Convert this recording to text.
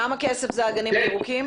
כמה כסף זה האגנים הירוקים?